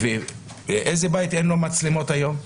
ואיזה בית אין לו מצלמות היום?